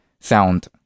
sound